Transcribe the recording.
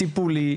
טיפולי,